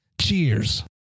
Cheers